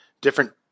different